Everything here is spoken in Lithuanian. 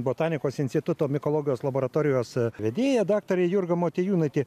botanikos instituto mikologijos laboratorijos vedėja daktarė jurga motiejūnaitė